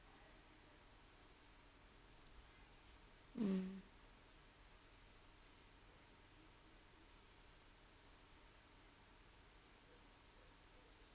mm